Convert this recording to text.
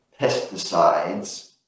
pesticides